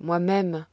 moi-même